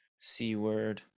C-word